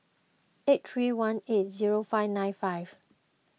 eight three one eight zero five nine five